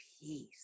peace